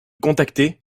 contacter